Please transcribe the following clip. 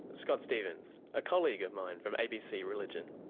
and scott stephens, a colleague of mine from abc religion.